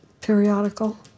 periodical